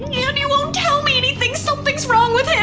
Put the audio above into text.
yeah andi won't tell me anything. something's wrong with him!